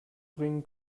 bringen